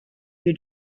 you